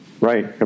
right